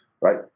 right